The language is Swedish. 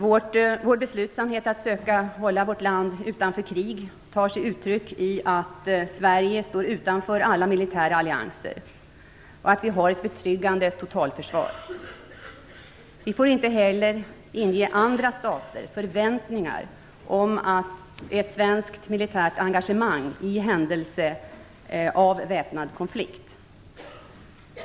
Vår beslutsamhet att söka hålla vårt land utanför krig tar sig uttryck i att Sverige står utanför alla militära allianser och att vi har ett betryggande totalförsvar. Vi får inte heller inge andra stater förväntningar om ett svenskt militärt engagemang i händelse av väpnad konflikt.